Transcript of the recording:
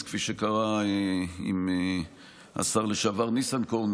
כפי שקרה עם השר לשעבר ניסנקורן,